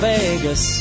Vegas